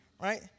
right